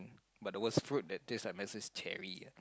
but the worse fruit that tastes like medicine is cherry lah